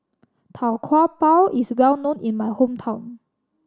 Tau Kwa Pau is well known in my hometown